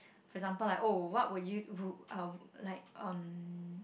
for example like oh what would you w~ uh like um